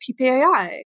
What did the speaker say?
PPAI